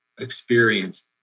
experience